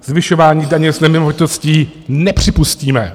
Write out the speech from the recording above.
Zvyšování daně z nemovitostí nepřipustíme.